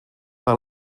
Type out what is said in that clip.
par